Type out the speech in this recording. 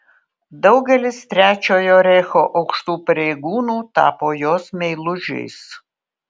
daugelis trečiojo reicho aukštų pareigūnų tapo jos meilužiais